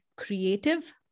creative